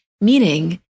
meaning